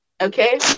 Okay